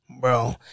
Bro